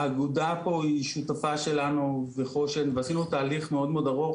האגודה פה היא שותפה שלנו וגם חושן ועשינו תהליך מאוד מאוד ארוך